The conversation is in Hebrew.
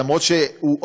למרות שהוא,